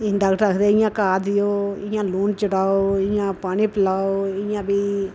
doctor आखदे इ'यां घाऽ देओ इ'यां लून चटाओ इ'यां पानी पलाओ इ'यां बी